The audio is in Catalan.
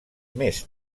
més